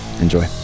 Enjoy